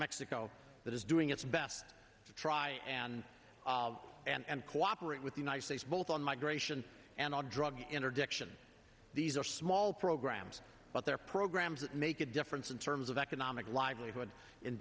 mexico that is doing its best to try and and cooperate with the united states both on migration and on drug interdiction these are small programs but they're programs that make a difference in terms of economic livelihood in